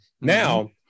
Now